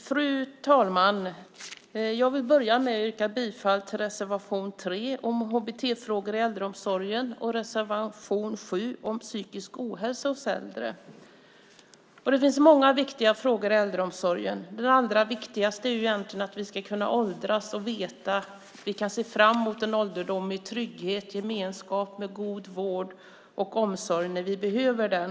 Fru talman! Jag vill börja med att yrka bifall till reservation 3 om HBT-frågor i äldreomsorgen och reservation 7 om psykisk ohälsa hos äldre. Det finns många viktiga frågor i äldreomsorgen. Den allra viktigaste är att vi ska kunna åldras och veta att vi kan se fram mot en ålderdom i trygghet och gemenskap med god vård och omsorg när vi behöver den.